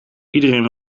iedereen